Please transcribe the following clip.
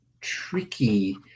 tricky